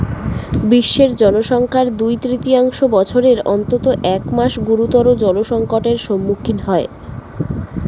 বিশ্বের জনসংখ্যার দুই তৃতীয়াংশ বছরের অন্তত এক মাস গুরুতর জলসংকটের সম্মুখীন হয়